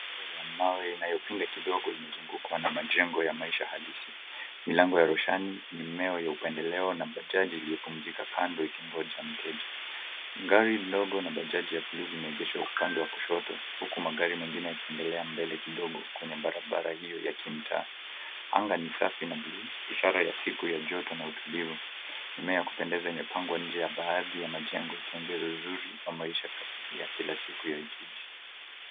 Majengo ya mawe inayopinda kidogo imezungukwa na majengo ya maisha halisi, milango ya roshani, mimea ya upendeleo na bajaji iliyopumzika kando ikingoja mteja. Gari ndogo na bajaji ya bluu vimeegeshwa upande wa kushoto huku magari mengine yakiendelea mbele kidogo kwenye barabara hiyo ya kimtaa. Anga ni safi na blu ishara ya siku ya joto na utulivu mimea ya kupendeza imepangwa inje ya baadhi ya majengo ikiongeza uzuri wa maisha ya kila siku ya jiji.